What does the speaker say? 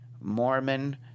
Mormon